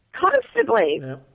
Constantly